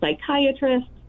psychiatrists